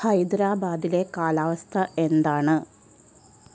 ഹൈദരാബാദിലെ കാലാവസ്ഥ എന്താണ്